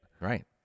Right